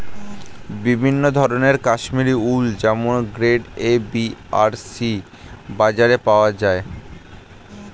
বিভিন্ন ধরনের কাশ্মীরি উল যেমন গ্রেড এ, বি আর সি বাজারে পাওয়া যায়